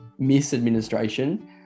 misadministration